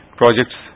projects